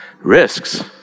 Risks